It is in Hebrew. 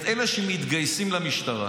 את אלה שמתגייסים למשטרה.